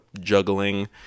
juggling